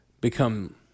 become